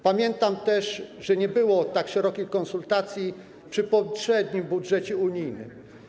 Pamiętam też, że nie było tak szerokich konsultacji przy poprzednim budżecie unijnym.